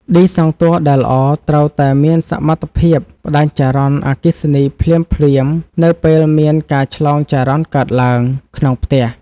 ឌីសង់ទ័រដែលល្អត្រូវតែមានសមត្ថភាពផ្តាច់ចរន្តអគ្គិសនីភ្លាមៗនៅពេលមានការឆ្លងចរន្តកើតឡើងក្នុងផ្ទះ។